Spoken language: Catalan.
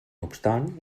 obstant